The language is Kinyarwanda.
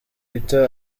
peter